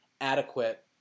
adequate